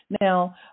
Now